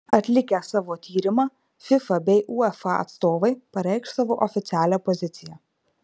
atlikę savo tyrimą fifa bei uefa atstovai pareikš savo oficialią poziciją